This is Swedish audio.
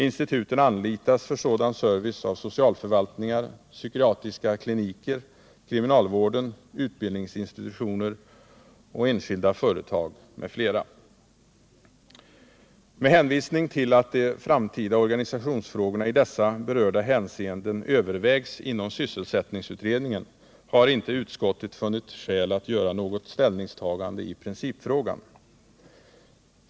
Instituten anlitas för sådan service av socialförvaltningar, psykiatriska kliniker, kriminalvården, utbildningsinstitutioner, enskilda företag m.fl. Med hänvisning till att de framtida organisationsfrågorna i berörda hänseenden övervägs inom sysselsättningsutredningen har utskottet inte funnit skäl att göra något ställningstagande i principfrågan.